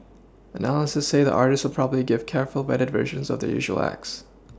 analysts say the artists will probably give careful vetted versions of their usual acts